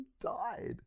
died